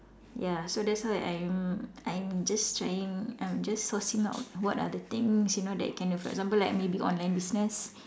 ya so that's why I'm I'm just trying I'm just sourcing out what are the things you know that you can do for example like maybe online business